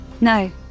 No